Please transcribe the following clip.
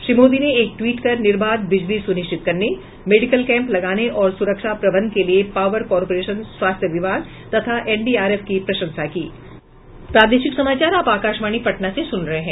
श्री मोदी ने एक ट्वीट कर निर्बाध बिजली सुनिश्चित करने मेडिकल कैम्प लगाने और सुरक्षा प्रबंध के लिए पावर कॉरपोरेशन स्वास्थ्य विभाग तथा एनडीआरएफ की प्रशंसा की है